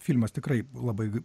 filmas tikrai labai